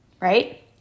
right